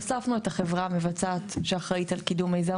הוספנו את החברה המבצעת שאחראית על קידום מיזם